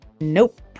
Nope